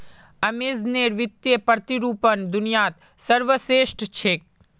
अमेज़नेर वित्तीय प्रतिरूपण दुनियात सर्वश्रेष्ठ छेक